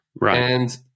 Right